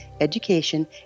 education